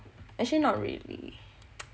actually not really